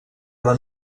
però